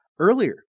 Earlier